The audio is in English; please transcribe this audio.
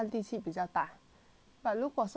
but 如果说 otter horses